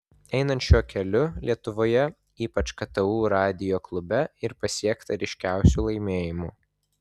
einant šiuo keliu lietuvoje ypač ktu radijo klube ir pasiekta ryškiausių laimėjimų